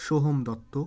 Soham Dutta